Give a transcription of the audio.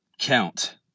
count